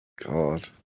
God